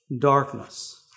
darkness